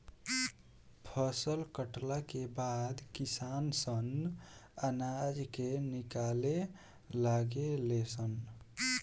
फसल कटला के बाद किसान सन अनाज के निकाले लागे ले सन